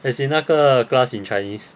as in 那个 class in chinese